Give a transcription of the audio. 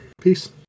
Peace